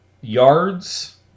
yards